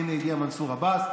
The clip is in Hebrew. הינה, הגיע מנסור עבאס.